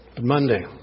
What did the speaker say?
Monday